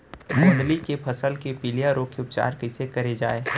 गोंदली के फसल के पिलिया रोग के उपचार कइसे करे जाये?